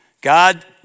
God